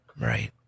Right